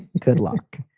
good luck.